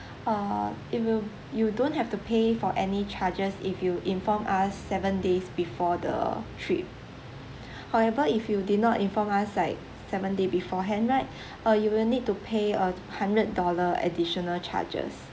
uh it will you don't have to pay for any charges if you inform us seven days before the trip however if you did not inform us like seven day beforehand right uh you will need to pay a hundred dollar additional charges